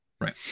Right